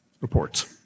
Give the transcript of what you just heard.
reports